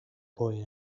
boy